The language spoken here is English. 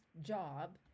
job